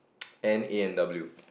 and A_N_W